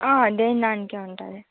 దేని దానికే ఉంటుంది